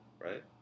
right